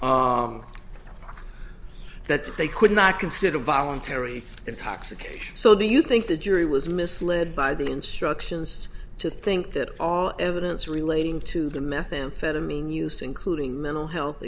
instruction that they could not consider voluntary intoxication so do you think the jury was misled by the instructions to think that all evidence relating to the methamphetamine use including mental health